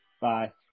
Bye